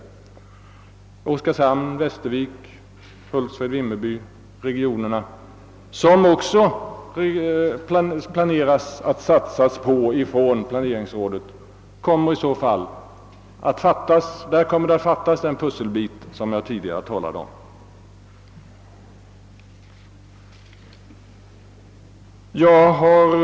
För regionerna Oskarshamn, Västervik, Hultsfred—Vimmerby, som planeringsrådet också satsar på, kommer i så fall den pusselbit som jag tidigare talat om att fattas.